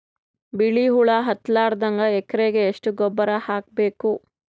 ಬಿಳಿ ಹುಳ ಹತ್ತಲಾರದಂಗ ಎಕರೆಗೆ ಎಷ್ಟು ಗೊಬ್ಬರ ಹಾಕ್ ಬೇಕು?